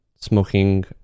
smoking